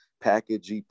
package